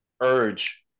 urge